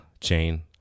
chain